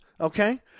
okay